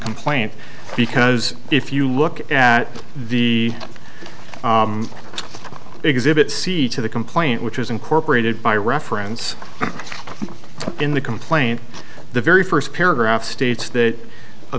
complaint because if you look at the exhibit c to the complaint which was incorporated by reference in the complaint the very first paragraph states that